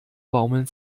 baumeln